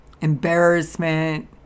embarrassment